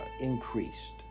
increased